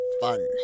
fun